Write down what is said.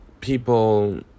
People